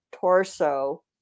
torso